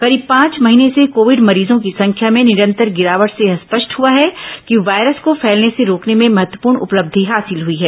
करीब पांच महीने से कोविड मरीजों की संख्या में निरंतर गिरावट से यह स्पष्ट हुआ है कि वायरस को फैलने से रोकने में महत्वपूर्ण उपलब्धि हासिल हुई है